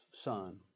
son